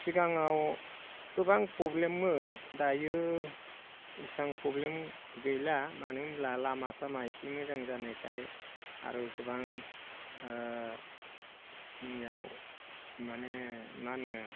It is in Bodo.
सिगाङाव गोबां प्रब्लेममोन दायो इसां प्रब्लेम गैला मानो होनब्ला लामा सामा एसे मोजां जानायखाय आरो गोबां जोंनियाव माने माहोनो